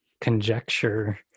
conjecture